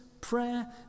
prayer